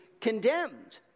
condemned